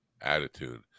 Attitude